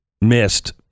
missed